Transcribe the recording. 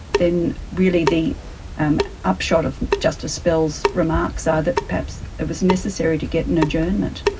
then really the um upshot of justice bell's remarks are that perhaps it was necessary to get an adjournment.